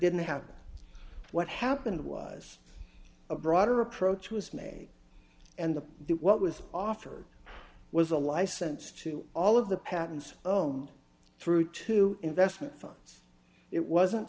didn't have what happened was a broader approach was made and the what was offered was a license to all of the patents own through two investment funds it wasn't